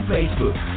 Facebook